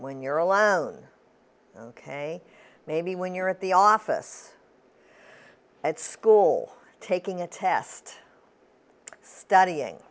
when you're alone ok maybe when you're at the office at school taking a test studying